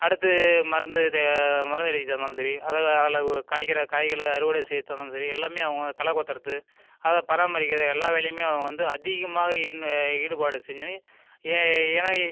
அடுத்து மருந்து தே மருந்து அடிக்கிறதா இருந்தாலும் சரி அதாவது அதில் காய்கிற காய்களை அறுவடை செய்கிறது இருந்தாலும் சரி எல்லாமே அவங்க கள கோத்துகிறது அதை பராமரிக்கிறது எல்லா வேலையுமே அவங்க வந்து அதிகமாக இன் ஈடுபாடு செஞ்சு எனக்கு